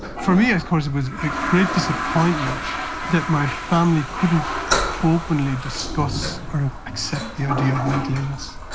for me of course it was a great disappointment that my family couldn't openly discuss or accept the idea of mental illness.